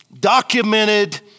documented